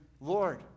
Lord